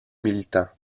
militants